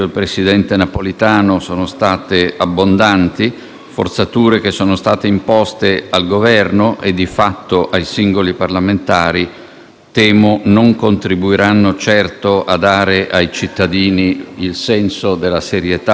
Napolitano - sono state imposte al Governo e, di fatto, ai singoli parlamentari temo non contribuiranno a dare ai cittadini il senso della serietà della politica. Temo invece che contribuiranno